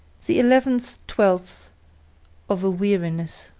the eleventh twelfth of a weariness.